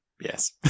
Yes